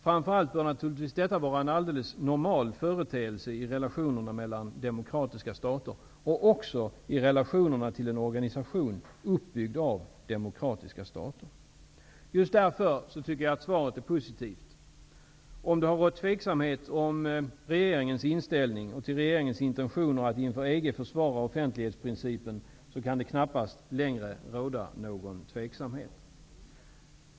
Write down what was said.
Framför allt bör detta vara en alldeles normal företeelse i relationerna mellan demokratiska stater och även i relationerna till en organisation uppbyggd av demokratiska stater. Just därför tycker jag att svaret är positivt. Om det har rått tveksamhet kring regeringens inställning och regeringens intentioner att inför EG försvara offentlighetsprincipen kan det nu knappast längre råda någon tveksamhet.